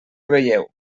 veieu